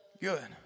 Good